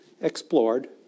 explored